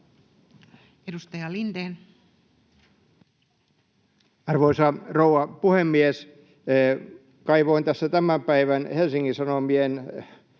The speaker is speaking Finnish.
17:07 Content: Arvoisa rouva puhemies! Kaivoin tässä tämän päivän Helsingin Sanomien